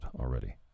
already